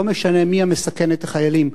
לא משנה מי המסכן את החיילים,